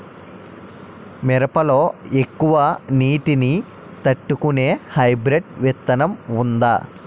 మిరప లో ఎక్కువ నీటి ని తట్టుకునే హైబ్రిడ్ విత్తనం వుందా?